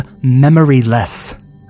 memoryless